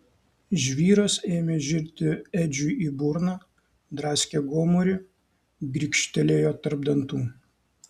žvyras ėmė žirti edžiui į burną draskė gomurį grikštelėjo tarp dantų